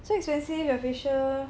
so expensive your facial